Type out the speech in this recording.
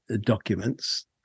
documents